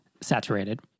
saturated